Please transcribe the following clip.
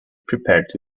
prepared